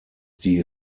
die